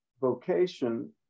vocation